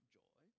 joy